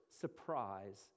surprise